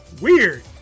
Weird